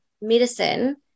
medicine